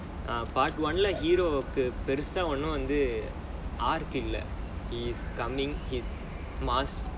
err part one like hero பெருசா ஒன்னும்:perusaa onnum இல்லை:illai he's coming he's must